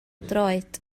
droed